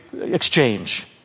exchange